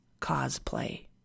cosplay